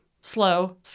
slow